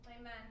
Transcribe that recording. Amen